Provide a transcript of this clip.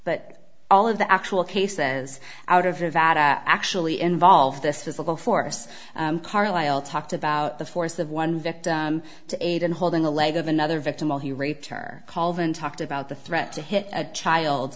but all of the actual cases out of actually involve this physical force carlisle talked about the force of one victim to aid and holding the leg of another victim while he raped her called and talked about the threat to hit a child